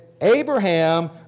Abraham